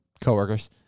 Co-workers